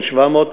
700,